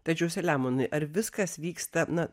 tačiau selemonai ar viskas vyksta na